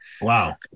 Wow